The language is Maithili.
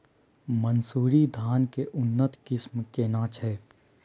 मानसुरी धान के उन्नत किस्म केना छै?